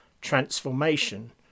transformation